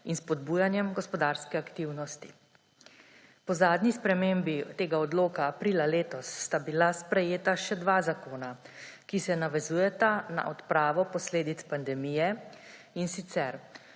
in spodbujanjem gospodarske aktivnosti. Po zadnji spremembi tega odloka aprila letos sta bila sprejeta še dva zakona, ki se navezujeta na odpravo posledic pandemije, in sicer